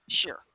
Sure